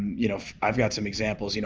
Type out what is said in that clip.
you know i've got some examples. you know